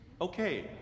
Okay